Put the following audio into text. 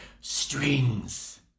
strings